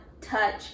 touch